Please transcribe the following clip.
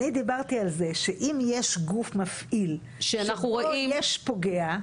אני דיברתי על זה שאם יש גוף מפעיל שבו יש פוגע,